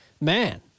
man